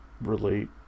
relate